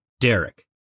Derek